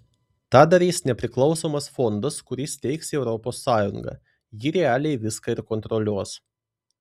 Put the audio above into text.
tą darys nepriklausomas fondas kurį steigs europos sąjunga ji realiai viską ir kontroliuos